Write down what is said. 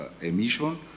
emission